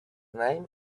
name